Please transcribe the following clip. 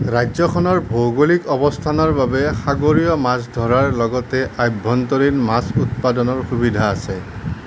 ৰাজ্যখনৰ ভৌগোলিক অৱস্থানৰ বাবে সাগৰীয় মাছ ধৰাৰ লগতে আভ্যন্তৰীণ মাছ উৎপাদনৰ সুবিধা আছে